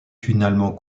finalement